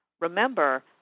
Remember